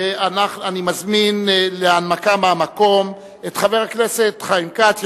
ואני מזמין להנמקה מהמקום את חבר הכנסת חיים כץ,